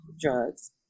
drugs